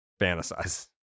fantasize